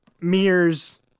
mirrors